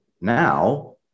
now